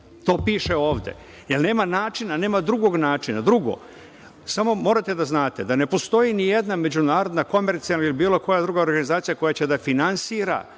To piše ovde jer nema načina, nema drugog načina. Drugo, samo morate da znate da ne postoji ni jedna međunarodna, komercijalna ili bilo koja druga organizacija koja će da finansira